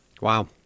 Wow